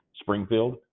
Springfield